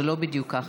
זה לא בדיוק ככה,